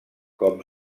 com